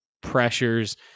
pressures